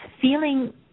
feeling